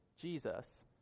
Jesus